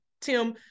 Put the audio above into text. Tim